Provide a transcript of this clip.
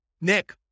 Nick